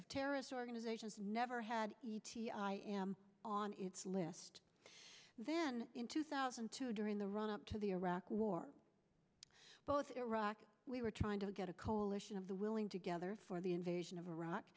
of terrorist organizations never had e t a i am on its list then in two thousand and two during the run up to the iraq war both iraq we were trying to get a coalition of the willing together for the invasion of iraq